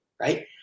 right